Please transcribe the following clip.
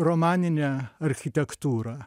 romaninę architektūrą